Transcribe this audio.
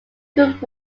good